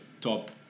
top